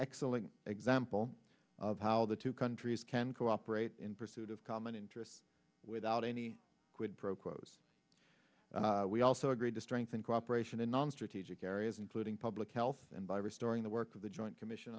excellent example of how the two countries can cooperate in pursuit of common interests without any quid pro quos we also agreed to strengthen cooperation in non strategic areas including public health and by restoring the work of the joint commission